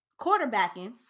quarterbacking